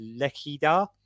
Lechida